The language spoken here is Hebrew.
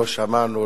לא שמענו,